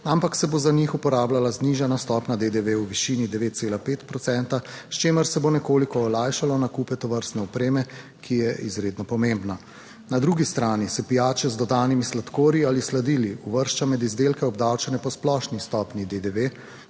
ampak se bo za njih uporabljala znižana stopnja DDV v višini 9,5 procenta, s čimer se bo nekoliko olajšalo nakupe tovrstne opreme, ki je izredno pomembna. Na drugi strani se pijače z dodanimi sladkorji ali sladili uvršča med izdelke, obdavčene po splošni stopnji DDV.